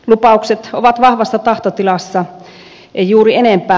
lupaukset ovat vahvassa tahtotilassa ei juuri enempää